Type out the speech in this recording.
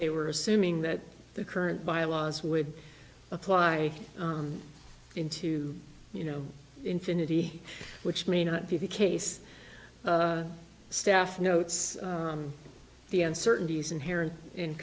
they were assuming that the current byelaws would apply into you know infinity which may not be the case staff notes the uncertainties inherent in